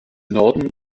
norden